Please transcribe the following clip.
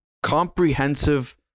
comprehensive